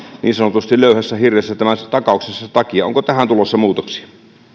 niin sanotusti löyhässä hirressä tämän takauksensa takia onko tähän tulossa muutoksia